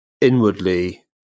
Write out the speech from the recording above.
inwardly